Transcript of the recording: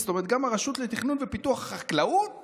זאת אומרת גם הרשות לתכנון ופיתוח חקלאות